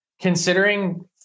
considering